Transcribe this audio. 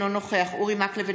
אינו נוכח אורי מקלב,